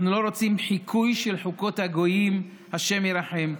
אנחנו לא רוצים חיקוי של חוקות הגויים, השם ירחם.